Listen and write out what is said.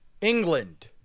England